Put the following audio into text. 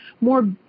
more